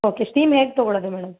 okay steam ಹೇಗೆ ತಗೋಳ್ಳೋದು madam